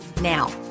Now